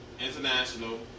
International